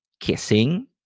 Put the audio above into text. kissing